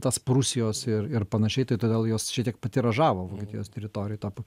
tas prūsijos ir ir panašiai tai todėl jos šiek tiek patiražavo vokietijos teritorijoj tapo